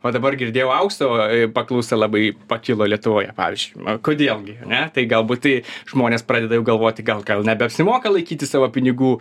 va dabar girdėjau aukso paklausa labai pakilo lietuvoje pavyzdžiui kodėl gi ane tai galbūt tai žmonės pradeda jau galvoti gal gal nebeapsimoka laikyti savo pinigų